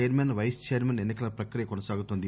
chairman vice chairman ఎన్సికల ప్రక్రియ కొనసాగుతోంది